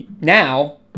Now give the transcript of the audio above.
now